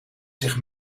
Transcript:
zich